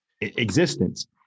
existence